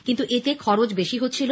কিন্তু এতে খরচ বেশি হচ্ছিল